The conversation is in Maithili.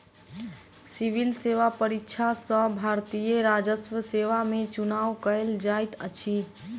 सिविल सेवा परीक्षा सॅ भारतीय राजस्व सेवा में चुनाव कयल जाइत अछि